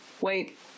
Wait